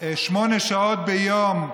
שמונה שעות ביום,